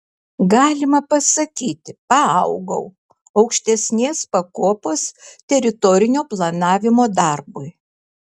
galima pasakyti paaugau aukštesnės pakopos teritorinio planavimo darbui